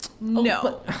No